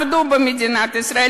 עבדו במדינת ישראל,